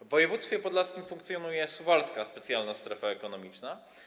W województwie podlaskim funkcjonuje Suwalska Specjalna Strefa Ekonomiczna.